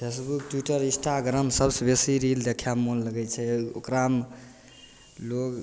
Facebook Twitter Instagram सबसे बेसी reel देखैमे मोन लगै छै ओकरामे लोक